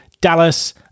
Dallas